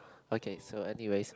okay so anyways